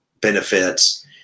benefits